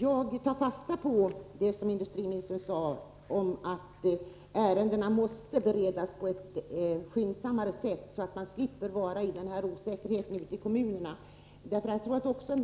så är fallet. Jag tar fasta på att industriministern sade att ärendena måste beredas mer skyndsamt, så att människorna ute i kommunerna slipper leva i osäkerhet.